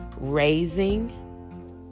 raising